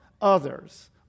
others